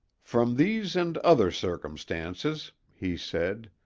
from these and other circumstances, he said,